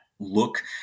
look